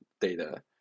data